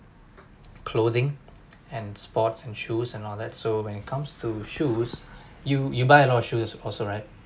clothing and sports and shoes and all that so when it comes to shoes you you buy a lot of shoes also right